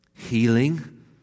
healing